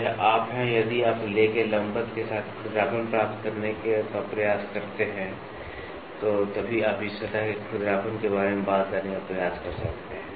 तो यह आप हैं यदि आप ले के लंबवत के साथ खुरदरापन प्राप्त करने का प्रयास करते हैं तो तभी आप इस सतह के खुरदरेपन के बारे में बात करने का प्रयास कर सकते हैं